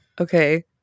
Okay